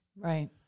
right